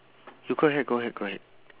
you go ahead go ahead go ahead